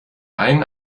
einen